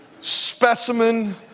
specimen